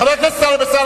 חבר הכנסת טלב אלסאנע,